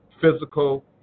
physical